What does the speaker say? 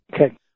Okay